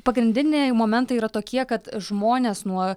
pagrindiniai momentai yra tokie kad žmonės nuo